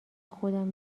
خودم